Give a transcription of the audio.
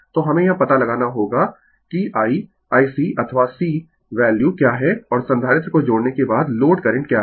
तो हमें यह पता लगाना होगा कि I IC अथवा C वैल्यू क्या है और संधारित्र को जोड़ने के बाद लोड करंट क्या है